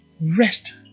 rest